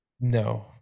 No